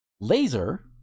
Laser